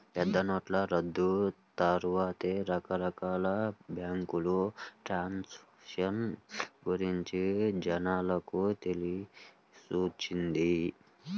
పెద్దనోట్ల రద్దు తర్వాతే రకరకాల బ్యేంకు ట్రాన్సాక్షన్ గురించి జనాలకు తెలిసొచ్చింది